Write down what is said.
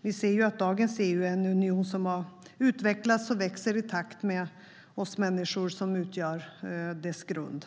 Vi ser ju att dagens EU är en union som utvecklas och växer i takt med oss människor som utgör dess grund.